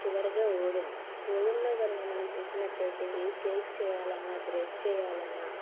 చివరగా ఓవెన్ ఓవెన్లో కనక మనం చూసినట్లయితే ఏ కేక్స్ చెయ్యాలన్నా బ్రెడ్ చెయ్యాలన్నా